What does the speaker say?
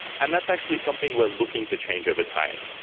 and that's actually something we're looking to change overtime.